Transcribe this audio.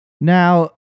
Now